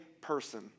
person